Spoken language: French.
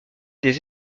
des